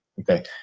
Okay